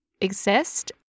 exist